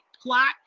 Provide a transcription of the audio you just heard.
plot